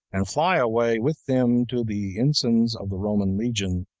and fly away with them to the ensigns of the roman legion,